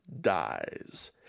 dies